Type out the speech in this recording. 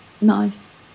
nice